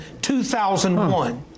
2001